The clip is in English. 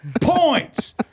points